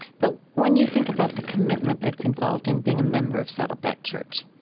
but when you think about the commitment that's involved in being a member of saddleback church,